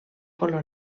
color